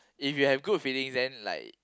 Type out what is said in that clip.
if you have good feelings then like